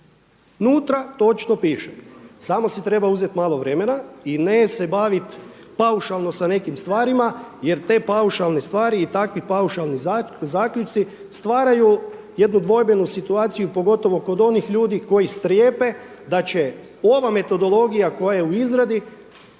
Unutra točno piše, samo si treba uzeti malo vremena i ne se baviti paušalno sa nekim stvarima jer te paušalne stvari i takvi paušalni zaključci stvaraju jednu dvojbenu situaciju pogotovo kod onih ljudi koji strepe da će ova metodologija koja je u izradi